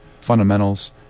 fundamentals